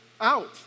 out